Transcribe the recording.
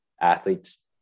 athletes